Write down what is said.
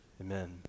Amen